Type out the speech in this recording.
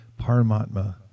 Paramatma